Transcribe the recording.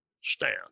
stand